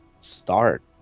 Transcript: start